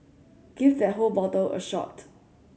give that whole bottle a shot